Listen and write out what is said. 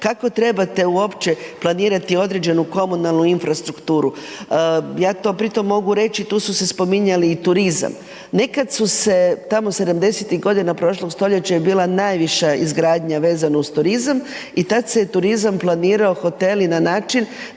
kako trebate uopće planirati određenu komunalnu infrastrukturu. Ja pritom mogu reći, tu su se spominjali i turizam. Nekada su se tamo 70-tih godina prošlog stoljeća je bila najviša izgradnja vezana uz turizam i tada se turizam planirao hoteli na način